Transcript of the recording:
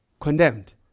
Condemned